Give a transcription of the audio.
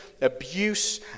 abuse